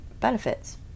benefits